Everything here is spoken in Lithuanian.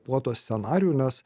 puotos scenarijų nes